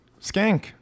Skank